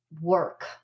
work